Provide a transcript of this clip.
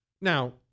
Now